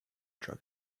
drug